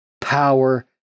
power